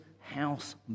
house